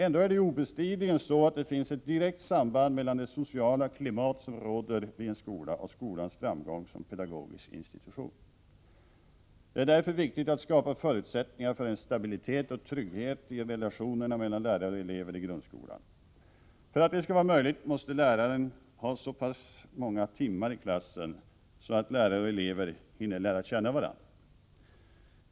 Ändå är det obestridligen så att det finns ett direkt samband mellan det sociala klimat som råder vid en skola och skolans framgång som pedagogisk institution. Det är därför viktigt att skapa förutsättningar för en stabilitet och trygghet i relationerna mellan lärare och elever i grundskolan. För att det skall vara möjligt måste läraren ha så pass många timmar i klassen att lärare och elever hinner lära känna varandra.